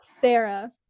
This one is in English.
Sarah